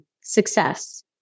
Success